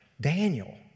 Daniel